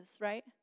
right